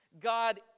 God